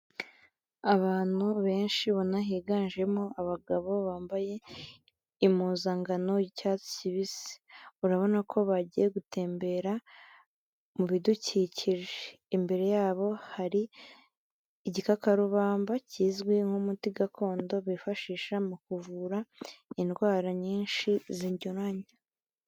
Abantu benshi ubona higanjemo abagabo bambaye impuzangano y'icyatsi kibisi, urabona ko bagiye gutembera mu bidukikije, imbere yabo hari igikakarubamba kizwi nk'umuti gakondo bifashisha mu kuvura indwara nyinshi zinyuranye.